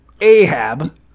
Ahab